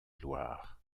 loire